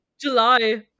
July